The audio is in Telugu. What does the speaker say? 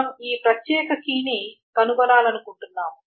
మనం ఈ ప్రత్యేక కీని కనుగొనాలనుకుంటున్నాము